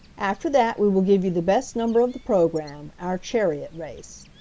after that we will give you the best number of the programme, our chariot race.